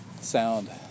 sound